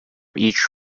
each